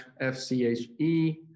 FCHE